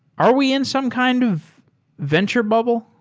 are we in some kind of venture bubble?